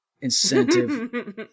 incentive